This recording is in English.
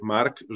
Mark